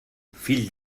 fill